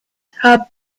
her